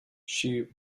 she